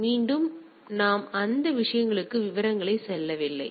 எனவே மீண்டும் நாம் அந்த விஷயங்களுக்கு விவரங்களை செல்லவில்லை